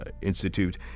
Institute